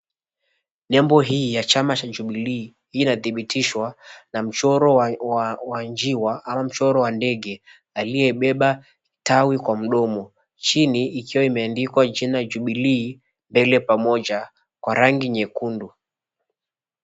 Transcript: Nembo hii ya chama cha Jubilee inadhibitishwa na mchoro wa njiwa ama mchoro wa ndege aliyebeba tawi kwa mdomo. Chini ikiwa imeandikwa jina Jubilee Mbele Pamoja kwa rangi nyekundu.